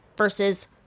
versus